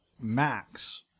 Max